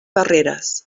barreres